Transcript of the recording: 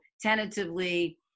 tentatively